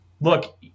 Look